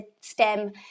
STEM